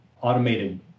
automated